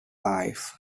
life